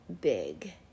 big